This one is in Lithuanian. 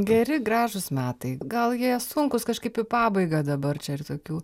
geri gražūs metai gal jie sunkūs kažkaip į pabaigą dabar čia ir tokių